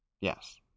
Yes